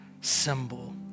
symbol